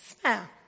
smell